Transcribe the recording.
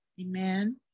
Amen